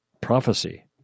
prophecy